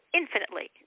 infinitely